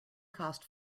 costs